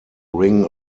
ring